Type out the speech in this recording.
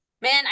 Man